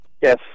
Yes